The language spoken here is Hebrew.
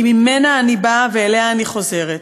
כי ממנה אני באה ואליה אני חוזרת.